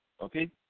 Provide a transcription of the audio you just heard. Okay